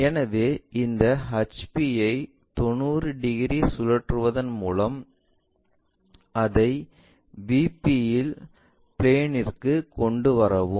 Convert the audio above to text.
எனவே இந்த HP ஐ 90 டிகிரி சுழற்றுவதன் மூலம் அதை VP யில் பிளேன்ற்கு கொண்டு வரவும்